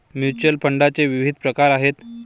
mutual फंडाचे विविध प्रकार आहेत